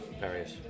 various